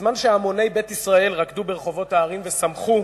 בזמן שהמוני בית ישראל רקדו ברחובות הערים ושמחו,